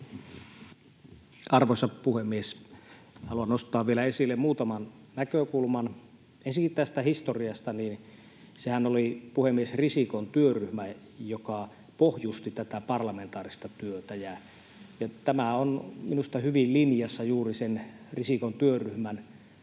Arvoisa puhemies! Haluan nostaa vielä esille muutaman näkökulman. Ensiksikin tästä historiasta: Sehän oli puhemies Risikon työryhmä, joka pohjusti tätä parlamentaarista työtä, ja tämä on minusta hyvin linjassa juuri sen Risikon työryhmän